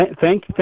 thank